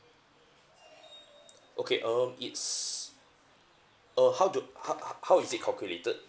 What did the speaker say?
okay um it's uh how do how how how is it calculated